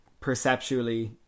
perceptually